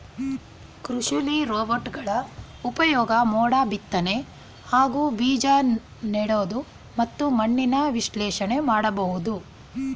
ಕೃಷಿಲಿ ರೋಬೋಟ್ಗಳ ಉಪ್ಯೋಗ ಮೋಡ ಬಿತ್ನೆ ಹಾಗೂ ಬೀಜನೆಡೋದು ಮತ್ತು ಮಣ್ಣಿನ ವಿಶ್ಲೇಷಣೆನ ಮಾಡ್ಬೋದು